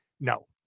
No